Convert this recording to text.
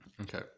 Okay